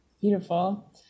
beautiful